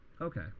Okay